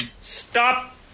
Stop